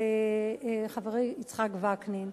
חברי יצחק וקנין,